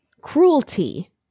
cruelty